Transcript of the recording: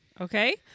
Okay